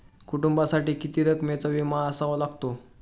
कुटुंबासाठी किती रकमेचा विमा असावा लागतो?